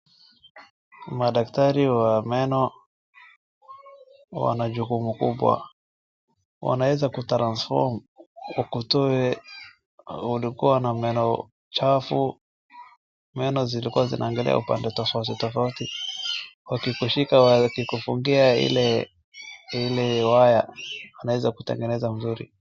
Madaktari wa meno Wana jukumu kubwa, wanaeza kutransform wakutoe ulikuwa na meno chafu, meno zilikuwa zinaangalia upande tofauti tofauti wakikushika wakikufungia Ile Ile waya wanaeza kukutengeneza mzuri.